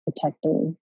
protecting